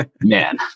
Man